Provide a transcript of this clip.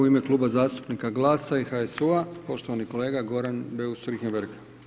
U ime Kluba zastupnika GLAS-a i HSU-a, poštovani kolega Goran Beus Richembergh.